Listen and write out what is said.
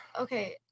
okay